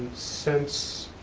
since